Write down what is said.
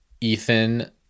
Ethan